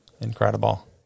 Incredible